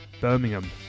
Birmingham